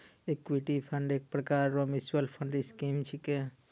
equity fund एक प्रकार रो मिच्युअल फंड स्कीम छिकै